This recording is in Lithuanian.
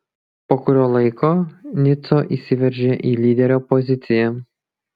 po kurio laiko nico įsiveržė į lyderio poziciją